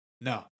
No